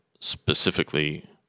specifically